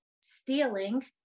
stealing